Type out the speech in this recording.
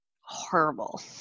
horrible